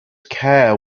care